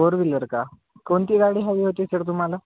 four wheeler का कोणती गाडी हवी होती सर तुम्हाला